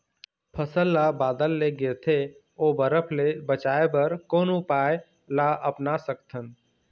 फसल ला बादर ले गिरथे ओ बरफ ले बचाए बर कोन उपाय ला अपना सकथन?